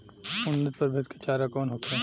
उन्नत प्रभेद के चारा कौन होखे?